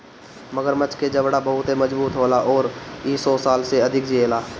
मगरमच्छ के जबड़ा बहुते मजबूत होला अउरी इ सौ साल से अधिक जिएला